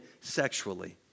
sexually